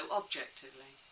objectively